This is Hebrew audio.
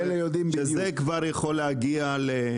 שזה כבר יכול להגיע ל...